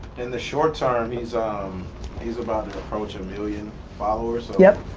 in the short term, he's um he's about to approach a million followers. yep.